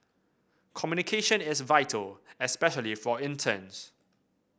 communication is vital especially for interns